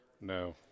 No